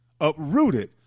uprooted